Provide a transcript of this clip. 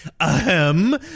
Ahem